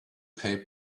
pay